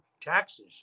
taxes